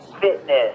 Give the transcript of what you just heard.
fitness